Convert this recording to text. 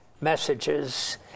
messages